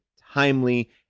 timely